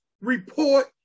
Report